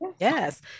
Yes